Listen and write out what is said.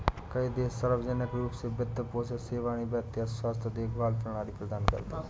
कई देश सार्वजनिक रूप से वित्त पोषित सेवानिवृत्ति या स्वास्थ्य देखभाल प्रणाली प्रदान करते है